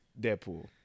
Deadpool